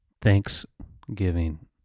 Thanksgiving